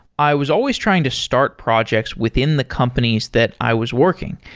i was always trying to start projects within the companies that i was working.